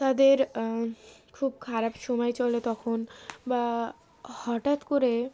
তাদের খুব খারাপ সময় চলে তখন বা হঠাৎ করে